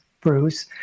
Bruce